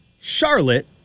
Charlotte